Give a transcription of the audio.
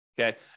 Okay